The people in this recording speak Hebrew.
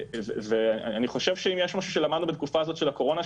אני חושב שאם יש משהו שלמדנו בתקופה הזאת של הקורונה,